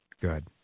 Good